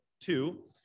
two